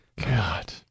God